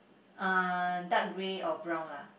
ah dark grey or brown lah